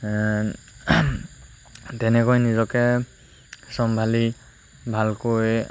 তেনেকৈ নিজকে চম্ভালি ভালকৈ